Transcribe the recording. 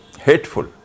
hateful